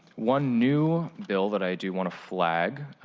one new bill that i do want to flag,